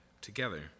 together